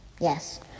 Yes